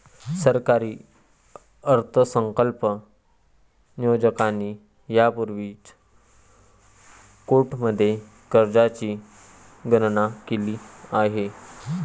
सरकारी अर्थसंकल्प नियोजकांनी यापूर्वीच कोट्यवधी कर्जांची गणना केली आहे